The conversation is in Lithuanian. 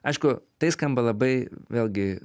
aišku tai skamba labai vėlgi